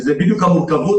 וזאת בדיוק המורכבות,